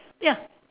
ya